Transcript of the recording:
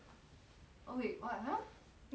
oh wait what !huh! th~ that [one] got meh no meh